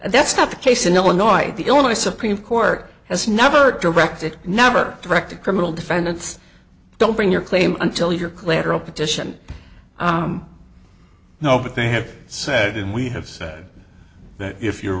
that's not the case in illinois the illinois supreme court has never directed never directed criminal defendants don't bring your claim until your clairol petition no but they have said and we have said that if you're